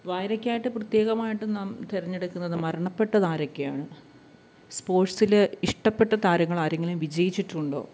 വായനയ്ക്കായിട്ട് പ്രത്യേകമായിട്ട് നാം തെരഞ്ഞെടുക്കുന്നത് മരണപ്പെട്ടതാരൊക്കെയാണ് സ്പോർട്സില് ഇഷ്ടപ്പെട്ട താരങ്ങളാരെങ്കിലും വിജയിച്ചിട്ടുണ്ടോ